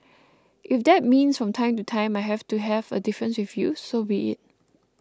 if that means from time to time I have to have a difference with you so be it